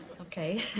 Okay